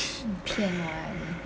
你骗我啊你